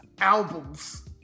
albums